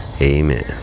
amen